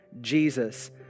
Jesus